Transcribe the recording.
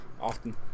often